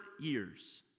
years